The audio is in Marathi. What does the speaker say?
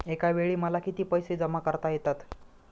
एकावेळी मला किती पैसे जमा करता येतात?